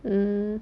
mm